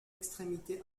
extrémité